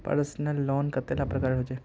Personal loan कतेला प्रकारेर होचे?